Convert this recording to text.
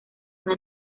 una